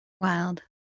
Wild